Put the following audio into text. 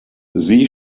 sie